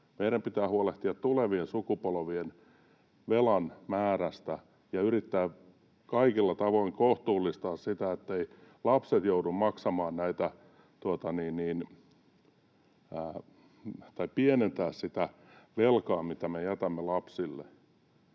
Meidän pitää huolehtia tulevien sukupolvien velan määrästä ja yrittää kaikilla tavoin pienentää sitä velkaa, mitä me jätämme lapsille,